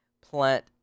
plant